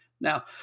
Now